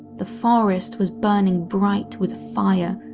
the forest was burning bright with fire,